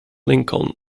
lincoln